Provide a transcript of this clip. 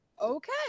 Okay